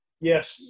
Yes